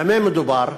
במה מדובר?